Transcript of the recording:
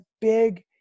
big